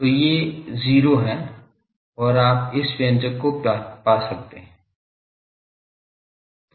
तो ये 0 हैं और आप इस व्यंजक को पा सकते हैं